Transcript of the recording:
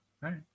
right